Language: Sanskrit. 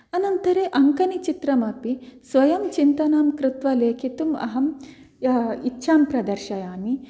अनन्तरम् अङ्कणीचित्रमपि स्वयं चिन्तनं कृत्वा लिखितुम् अहम् इच्छां प्रदर्शयामि